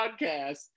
podcast